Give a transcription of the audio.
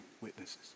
witnesses